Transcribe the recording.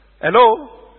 Hello